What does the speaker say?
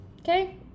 okay